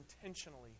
intentionally